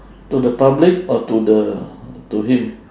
to the public or to the to him